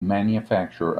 manufacturer